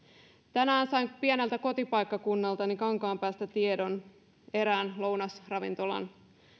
tänään sain pieneltä kotipaikkakunnaltani kankaanpäästä tiedon erään lounasravintolan